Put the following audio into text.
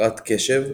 הפרעת קשב,